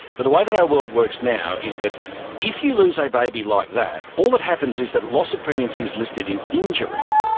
but the way that our world works now is that if you lose a baby like that, all that happens is that loss of pregnancy is listed in injury.